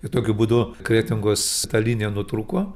ir tokiu būdu kretingos ta linija nutrūko